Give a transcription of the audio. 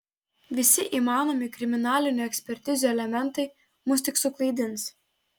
visi įmanomi kriminalinių ekspertizių elementai mus tik suklaidins